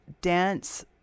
dance